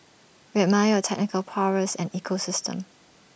we admire your technical prowess and ecosystem